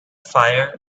fire